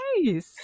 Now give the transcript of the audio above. Nice